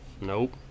Nope